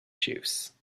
juice